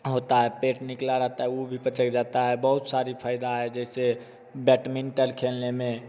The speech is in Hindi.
होता है पेट निकला रहता है ऊ भी पचक जाता है बहुत सारी फ़ायदा है जैसे बैटमिंटल खेलने में